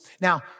Now